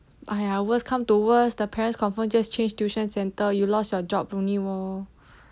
!aiya! worse come to worse the parents confirm just change tuition centre you lost your job only lor